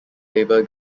labor